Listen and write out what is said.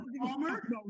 Palmer